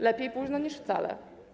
Lepiej późno niż wcale.